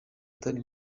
atari